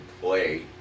play